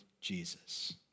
Jesus